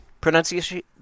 Pronunciation